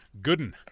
Gooden